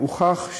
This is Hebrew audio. הוכח,